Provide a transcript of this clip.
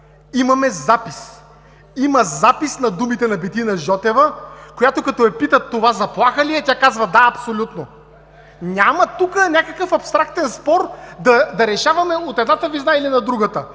Имаме запис. Има запис на думите на Бетина Жотева, която, като я питат: „Това заплаха ли е?”, тя казва: „Да, абсолютно”. Няма тук някакъв абстрактен спор да решаваме от една везна или на другата.